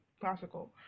Classical